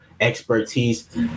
expertise